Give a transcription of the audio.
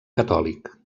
catòlic